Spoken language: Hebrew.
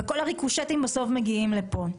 כל הריקושטים בסוף מגיעים לכאן.